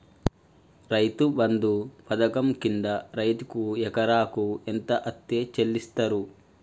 రైతు బంధు పథకం కింద రైతుకు ఎకరాకు ఎంత అత్తే చెల్లిస్తరు?